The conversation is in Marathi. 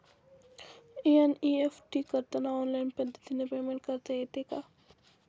एन.ई.एफ.टी करताना ऑनलाईन पद्धतीने पेमेंट करता येते का?